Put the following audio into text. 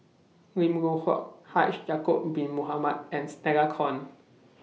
Lim Loh Huat Haji Ya'Acob Bin Mohamed and Stella Kon